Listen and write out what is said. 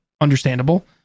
understandable